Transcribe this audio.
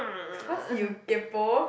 cause you kaypoh